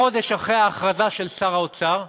חודש אחרי ההכרזה של שר האוצר,